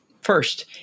first